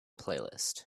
playlist